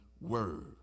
word